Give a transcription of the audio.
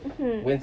mmhmm